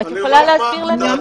את יכולה להסביר לנו?